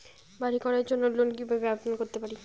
বাড়ি করার জন্য লোন কিভাবে আবেদন করতে পারি?